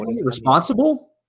responsible